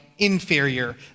Inferior